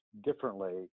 differently